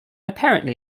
apparently